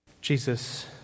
Jesus